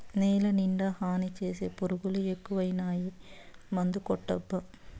నేలనిండా హాని చేసే పురుగులు ఎక్కువైనాయి మందుకొట్టబ్బా